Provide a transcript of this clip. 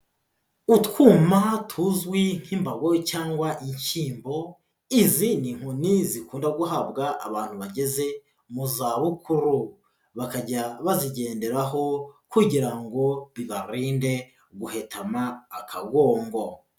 Utwuma tuzwi nk'imbago cyangwa inshyimbo, izi ni inkoni zikunda guhabwa abantu bageze mu zabukuru, bakajya bazigenderaho kugira ngo bibarinde guhetama akagongo.